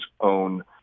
own